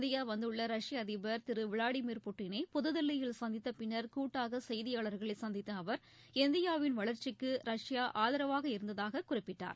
India வந்துள்ள ரஷ்ய அதிபர் திரு விளாடிமீர் புட்டினை புதுதில்லியில் சந்தித்தபின்னர் கூட்டாக செய்தியாளர்களை சந்தித்த அவர் இந்தியாவின் வளர்ச்சிக்கு ரஷ்யா ஆதரவாக இருந்ததாக குறிப்பிட்டார்